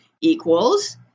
equals